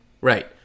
right